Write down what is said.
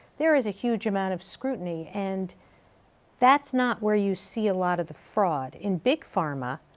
there is a huge amount of scrutiny, and that's not where you see a lot of the fraud. in big pharma,